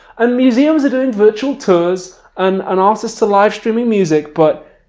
and museums are doing virtual tours and and artists are live streaming music but